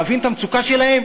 להבין את המצוקה שלהם.